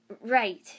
Right